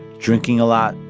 drinking a lot,